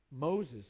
Moses